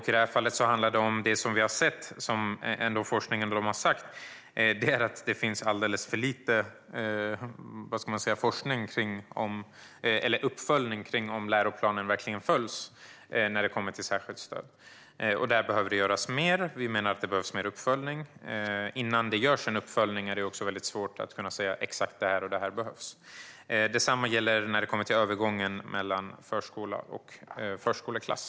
I det här fallet handlar det om att vi har hört att man från forskningen säger att det finns alldeles för lite uppföljning av om läroplanen verkligen följs när det kommer till särskilt stöd. Där behöver det göras mer. Vi menar att det behövs mer uppföljning. Innan det görs en uppföljning är det också svårt att säga exakt vad som behövs. Detsamma gäller övergången mellan förskola och förskoleklass.